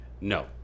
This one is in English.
No